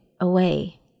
away